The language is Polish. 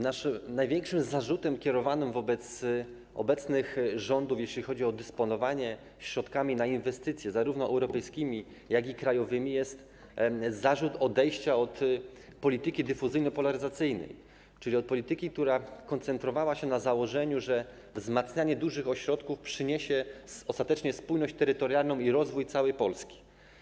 Największym zarzutem kierowanym wobec obecnego rządu, jeśli chodzi o dysponowanie środkami na inwestycje, zarówno europejskimi jak i krajowymi, jest zarzut odejścia od polityki dyfuzyjno-polaryzacyjnej, czyli od polityki, która koncentrowała się na założeniu, że wzmacnianie dużych ośrodków przyniesie ostatecznie spójność terytorialną i rozwój całej Polski.